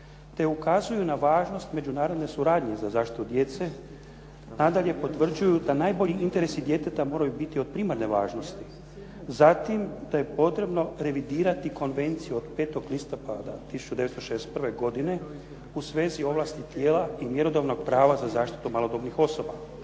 ukazuju na važnost međunarodne suradnje za zaštitu djece. Nadalje, potvrđuju da najbolji interesi djeteta moraju biti od primarne važnosti. Zatim da je potrebno revidirati konvenciju od 5. listopada 1961. godine u svezi ovlasti tijela i mjerodavnog prava za zaštitu malodobnih osoba